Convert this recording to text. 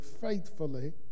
faithfully